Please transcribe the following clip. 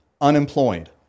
unemployed